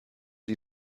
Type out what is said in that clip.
die